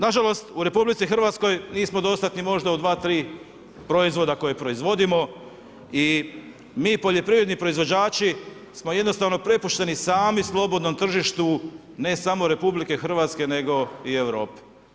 Nažalost u RH nismo dostatni možda u 2, 3 proizvoda koje proizvodimo i mi poljoprivredni proizvođači smo jednostavno prepušteni sami slobodnom tržištu, ne samo RH, nego i Europe.